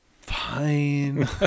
fine